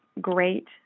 great